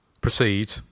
Proceed